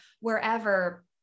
wherever